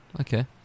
okay